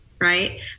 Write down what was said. right